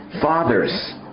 fathers